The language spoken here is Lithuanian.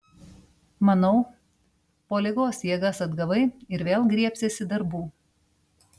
manau po ligos jėgas atgavai ir vėl griebsiesi darbų